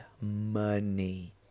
money